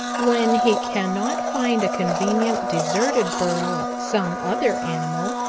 when he cannot find a convenient deserted burrow of some other animal,